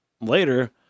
later